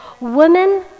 Women